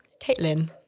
Caitlin